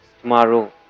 tomorrow